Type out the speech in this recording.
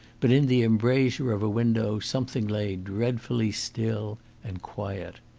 but in the embrasure of a window something lay dreadfully still and quiet.